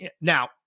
Now